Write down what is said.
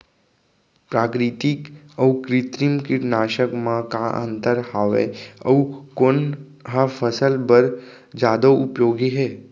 प्राकृतिक अऊ कृत्रिम कीटनाशक मा का अन्तर हावे अऊ कोन ह फसल बर जादा उपयोगी हे?